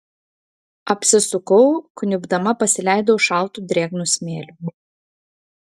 apsisukau kniubdama pasileidau šaltu drėgnu smėliu